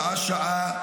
שעה-שעה,